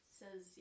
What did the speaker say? says